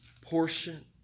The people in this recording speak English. portion